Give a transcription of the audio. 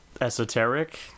Esoteric